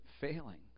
failing